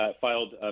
filed